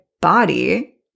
body